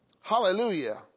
Hallelujah